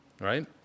Right